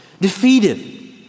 defeated